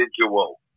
individual